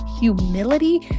humility